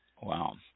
Wow